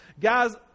guys